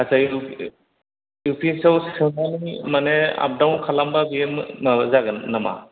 आदसा U P S आव सोनानै मानि आप डावन खालामबा बेयो माबा जागोन नामा